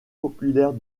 populaire